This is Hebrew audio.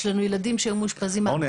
יש לנו ילדים שמאושפזים --- אורני,